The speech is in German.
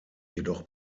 jedoch